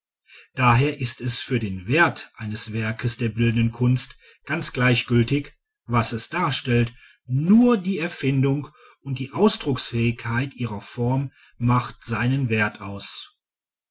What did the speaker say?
daher ist es für den wert eines werkes der bildenden kunst ganz gleichgültig was es darstellt nur die erfindung und die ausdrucksfähigkeit ihrer form macht seinen wert aus